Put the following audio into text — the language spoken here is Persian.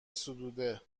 ستوده